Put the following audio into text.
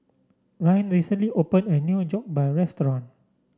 Ryne recently opened a new Jokbal restaurant